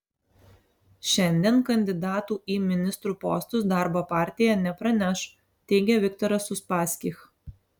šiandien kandidatų į ministrų postus darbo partija nepraneš teigia viktoras uspaskich